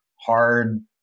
hard